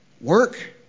work